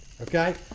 okay